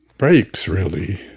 breaks, really,